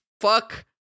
fuck